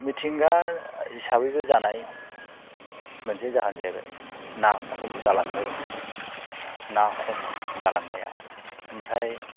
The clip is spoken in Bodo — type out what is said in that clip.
मिथिंगा हिसाबैबो जानाय मोनसे जाहोन जाहैबाय ना खम जालांनाय ना खम जालांनाया ओमफ्राय